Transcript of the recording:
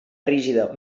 rígida